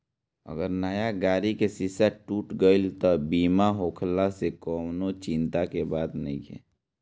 अगर नया गाड़ी के शीशा टूट गईल त बीमा होखला से कवनी चिंता के बात नइखे